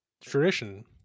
tradition